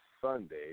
Sunday